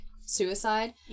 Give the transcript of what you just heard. suicide